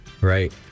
right